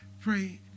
pray